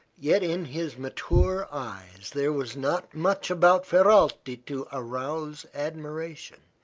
yet in his mature eyes there was not much about ferralti to arouse admiration,